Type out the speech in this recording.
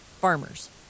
farmers